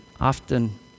often